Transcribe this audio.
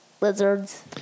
lizards